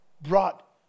brought